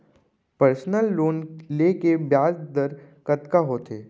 Personal loan ले के ब्याज दर कतका होथे?